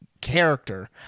character